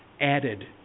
added